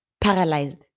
paralyzed